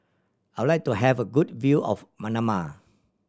I would like to have a good view of Manama